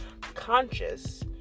conscious